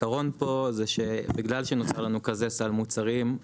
העיקרון פה זה שבגלל שנוצר לנו כזה סל מוצרים,